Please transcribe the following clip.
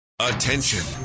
Attention